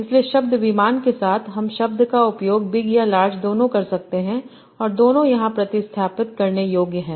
इसलिए शब्द विमान के साथहम शब्द का उपयोग बिग या लार्ज दोनों करसकते हैं और दोनों यहां प्रतिस्थापित करने योग्य हैं